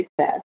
success